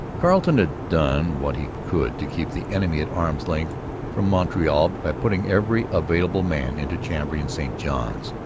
carleton had done what he could to keep the enemy at arm's length from montreal by putting every available man into chambly and st johns.